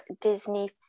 Disney